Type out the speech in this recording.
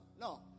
No